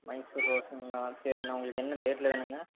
மைசூர் ரோஸுங்களா சரிங்கண்ணா உங்களுக்கு என்ன டேட்டில் வேணும்ங்க